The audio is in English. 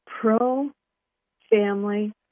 pro-family